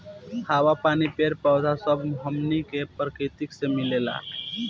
हवा, पानी, पेड़ पौधा सब हमनी के प्रकृति से मिलेला